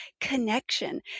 connection